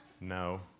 no